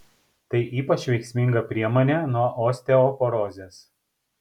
tai ypač veiksminga priemonė nuo osteoporozės